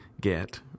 get